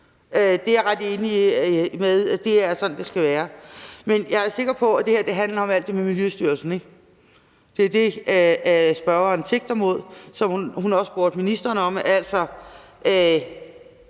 set. Jeg er ret enig i, at det er sådan, det skal være. Men jeg er sikker på, at det her handler om alt det med Miljøstyrelsen, ikke? Det er det, spørgeren sigter mod, og som hun også spurgte ministeren om.